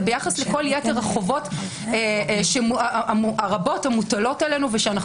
וביחס לכל יתר החובות הרבות המוטלות עלינו ושאנו